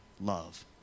love